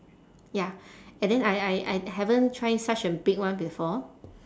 ya and then I I I haven't try such a big one before